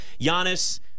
Giannis